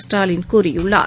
ஸ்டாலின் கூறியுள்ளார்